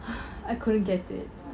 I couldn't get it